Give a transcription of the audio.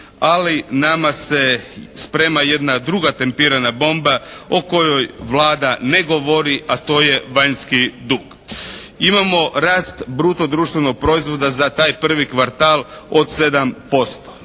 Ali nama se sprema jedna druga tempirana bomba o kojoj Vlada ne govori a to je vanjski dug. Imamo rast bruto društvenog proizvoda za taj prvi kvartal od 7%.